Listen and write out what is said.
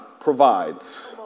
provides